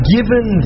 Given